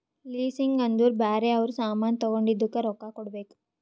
leasing ಅಂದುರ್ ಬ್ಯಾರೆ ಅವ್ರ ಸಾಮಾನ್ ತಗೊಂಡಿದ್ದುಕ್ ರೊಕ್ಕಾ ಕೊಡ್ಬೇಕ್